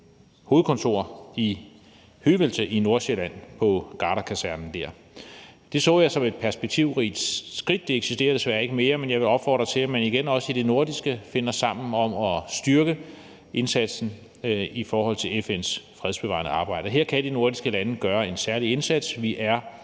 hovedkontor på Garderkasernen i Høvelte. Det så jeg som et perspektivrigt skridt. Det eksisterer desværre ikke mere, men jeg vil opfordre til, at man igen også i det nordiske finder sammen om at styrke indsatsen i forhold til FN's fredsbevarende arbejde. Her kan de nordiske lande gøre en særlig indsats. Vi er